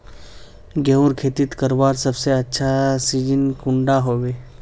गेहूँर खेती करवार सबसे अच्छा सिजिन कुंडा होबे?